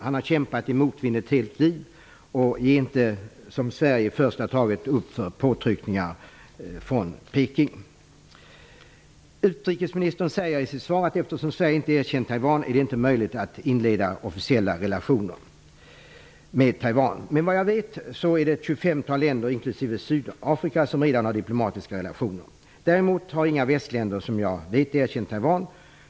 Han har kämpat i motvind ett helt liv och ger inte som Sverige i första taget upp för påtryckningar från Peking. Utrikesministern säger i sitt svar att eftersom Sverige inte har erkänt Taiwan är det inte möjligt att inleda officiella relationer med Taiwan. Men såvitt jag vet har ett 25-tal länder, inklusive Taiwan. Däremot har inga västländer som jag känner till erkänt Taiwan.